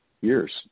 years